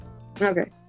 Okay